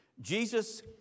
Jesus